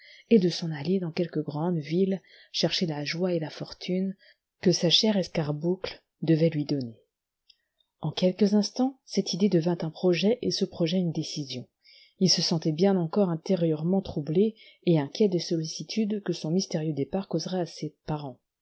et de s'en aller dans quelque grande ville chercher la joie et la fortune que sa chère escarboucle devait lui donner en quelques instants cette idée devint un projet et ce projet une décision il se sentait bien encore intérieurement troublé et inquiet des sollicitudes que son mystérieux départ causerait à ses parents